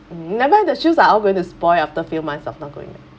never mind the shoes are all going to spoil after a few months of not going back